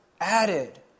added